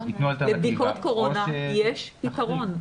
לבדיקות קורונה יש פתרון,